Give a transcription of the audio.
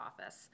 office